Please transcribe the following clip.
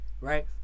Right